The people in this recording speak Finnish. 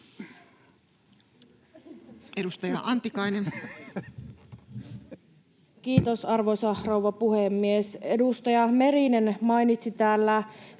Edustaja Antikainen. Kiitos, arvoisa rouva puhemies! Edustaja Merinen mainitsi täällä